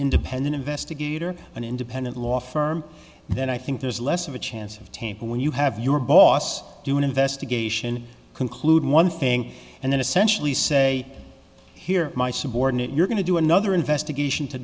independent investigator an independent law firm then i think there's less of a chance of tape when you have your boss do an investigation conclude one thing and then essentially say here my subordinate you're going to do another investigation to